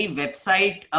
website